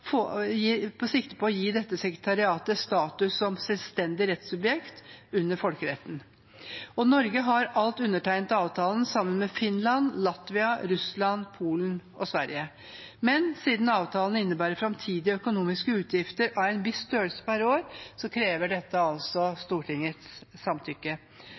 sikte på å gi dette sekretariatet status som selvstendig rettssubjekt under folkeretten. Norge har alt undertegnet avtalen sammen med Finland, Latvia, Russland, Polen og Sverige. Men siden avtalen innebærer framtidige økonomiske utgifter av en viss størrelse per år, krever dette Stortingets samtykke.